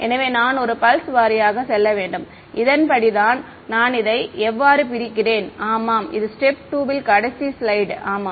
எனவே நான் ஒவ்வொரு பல்ஸ் வாரியாக செல்ல வேண்டும் இதன்படிதான் நான் இதை எவ்வாறு பிரிக்கிறேன் ஆமாம் இது ஸ்டேப் 2 இல் கடைசி ஸ்லைடு ஆமாம்